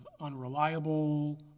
unreliable